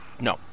No